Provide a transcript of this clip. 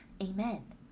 Amen